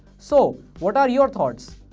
so what are your thoughts?